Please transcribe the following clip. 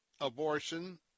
abortion